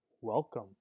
Welcome